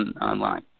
online